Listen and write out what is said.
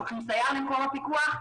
שולחים סייר למקום הפיקוח.